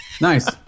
Nice